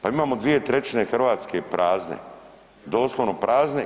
Pa imamo 2/3 Hrvatske prazne, doslovno prazne.